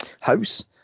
house